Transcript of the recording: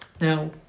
Now